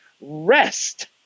Rest